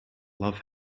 love